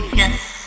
yes